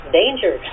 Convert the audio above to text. danger